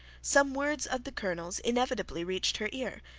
some words of the colonel's inevitably reached her ear,